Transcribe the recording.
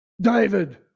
David